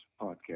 podcast